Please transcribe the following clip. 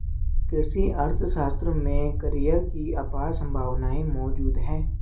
कृषि अर्थशास्त्र में करियर की अपार संभावनाएं मौजूद है